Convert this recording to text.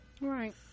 Right